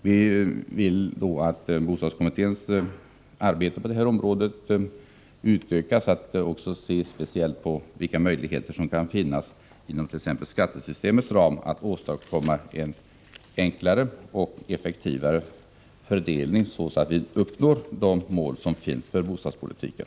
Vi vill att bostadskommitténs arbete på detta område utökas, så att man också ser speciellt på vilka möjligheter som kan finnas inom t.ex. skattesystemets ram för att åstadkomma en enklare och effektivare fördelning i syfte att uppnå målen för bostadspolitiken.